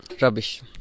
rubbish